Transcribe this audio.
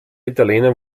italiener